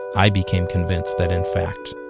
i became convinced that in fact,